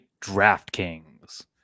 DraftKings